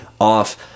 off